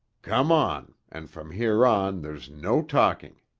come on, and from here on there's no talking.